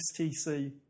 STC